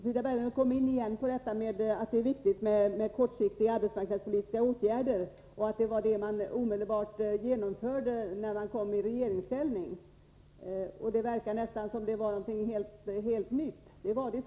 Frida Berglund kom in igen på att det är viktigt med kortsiktiga arbetsmarknadspolitiska åtgärder och att det var vad man genomförde omedelbart när man kom i regeringsställning — det verkade nästan som om det var något helt nytt.